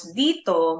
dito